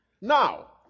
Now